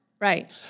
Right